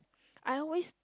I always